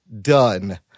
done